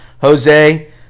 Jose